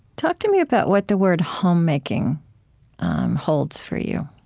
talk to me about what the word homemaking holds for you